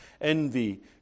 envy